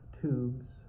tubes